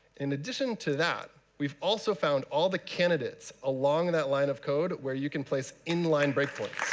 in addition to that, we've also found all the candidates along that line of code where you can place in-line breakpoints.